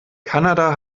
kanada